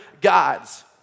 gods